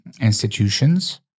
institutions